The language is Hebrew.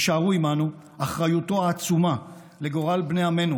יישארו עימנו אחריותו העצומה לגורל בני עמנו